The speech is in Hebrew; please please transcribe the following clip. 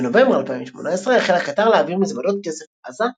בנובמבר 2018 החלה קטאר להעביר מזוודות כסף לעזה,